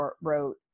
wrote